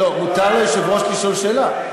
מותר לי לשאול אותך שאלות.